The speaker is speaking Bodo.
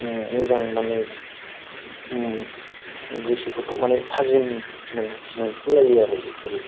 मोजां माने गोसोफोरखौ माने थाजिम मोनहोलायो आरो बेफोरो